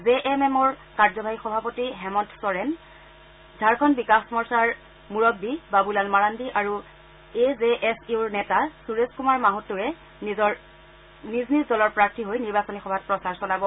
J M এমৰ কাৰ্যবাহী সভাপতি হেমন্ত চৰেণ ঝাৰখণ্ড বিকাশ মৰ্চাৰ মুৰববী বাবু লাল মাৰান্দি আৰু এ জে এছ ইউৰ নেতা সুৰেশ কুমাৰ মাহাতুৱেও নিজ নিজৰ দলৰ প্ৰাধীৰ হৈ নিৰ্বাচনী সভাত প্ৰচাৰ চলাব